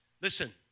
Listen